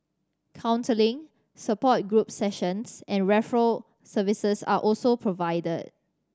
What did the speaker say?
counselling support group sessions and referral services are also provided